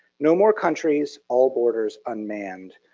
no more countries, all borders unmanned.